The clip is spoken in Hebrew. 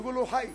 ביגולו: חי.